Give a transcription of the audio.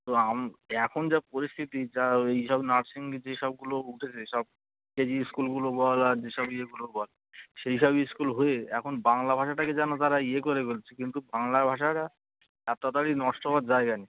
তো আম এখন যা পরিস্থিতি যা ওই সব নার্সিং যে সবগুলো উঠেছে সব কেজি স্কুলগুলো বল আর যে সব ইয়েগুলো বল সেই সব স্কুল হয়ে এখন বাংলা ভাষাটাকে যেন তারা ইয়ে করে ফেলছে কিন্তু বাংলা ভাষাটা এত তাতাড়ি নষ্ট হওয়ার জায়গায় নেই